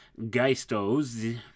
geistos